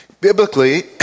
Biblically